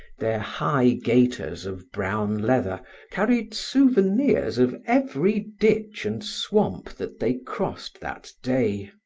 their high gaiters of brown leather carried souvenirs of every ditch and swamp that they crossed that day.